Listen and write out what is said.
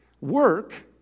Work